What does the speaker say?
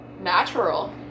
natural